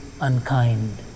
unkind